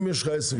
אם יש לך עסק,